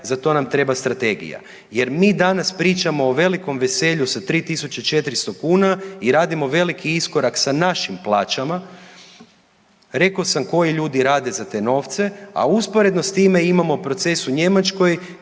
za to nam treba strategija jer mi danas pričamo o velikom veselju sa 3400 kuna i radimo veliki iskorak sa našim plaćama. Rekao sam koji ljudi rade za te novce, a usporedno s time imamo proces u Njemačkoj